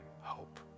hope